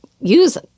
use